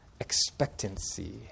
expectancy